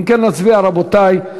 אם כן, נצביע, רבותי.